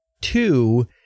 two